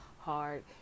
hard